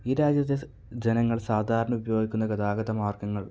ഈ രാജ്യത്തെ ജനങ്ങൾ സാധാരണ ഉപയോഗിക്കുന്ന ഗതാഗത മാർഗ്ഗങ്ങൾ